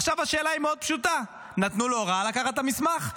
עכשיו השאלה היא מאוד פשוטה: נתנו לו הוראה לקחת את המסמך,